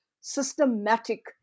systematic